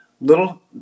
little